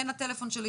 הן הטלפון שלי,